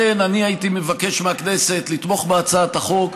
לכן, הייתי מבקש מהכנסת לתמוך בהצעת החוק.